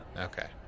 Okay